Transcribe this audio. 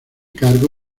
cargo